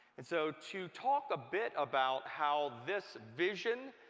and so to talk a bit about how this vision,